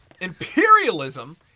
Imperialism